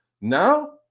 Now